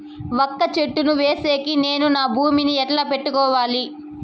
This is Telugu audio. వక్క చెట్టును వేసేకి నేను నా భూమి ని ఎట్లా పెట్టుకోవాలి?